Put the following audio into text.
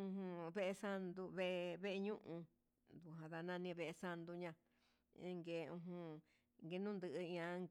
ujun vee sanduu vee, vee ñuu didu nani vee sandoña nduengue ujun ndeñinu ña'a.